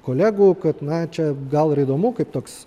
kolegų kad na čia gal ir įdomu kaip toks